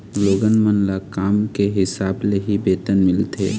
लोगन मन ल काम के हिसाब ले ही वेतन मिलथे